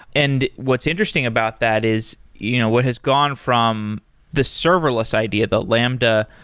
and what's interesting about that is you know what has gone from the serverless idea, the lambda,